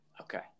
okay